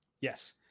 Yes